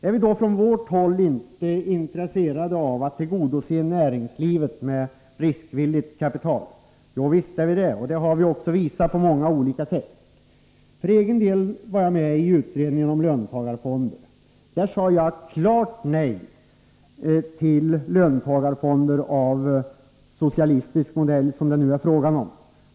Är vi då från vårt håll inte intresserade av att tillgodose näringslivet med riskvilligt kapital? Jovisst är vi det — och det har vi också visat på många olika sätt. För egen del var jag med i utredningen om löntagarfonder. Där sade jag klart nej till löntagarfonder av socialistisk modell, som det nu är fråga om.